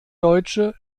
deutsche